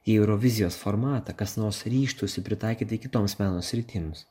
jei eurovizijos formatą kas nors ryžtųsi pritaikyti kitoms meno sritims